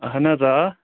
اَہَن حظ آ